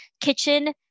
kitchen